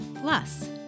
plus